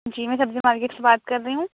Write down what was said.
جی میں سبزی مارکیٹ سے بات کر رہی ہوں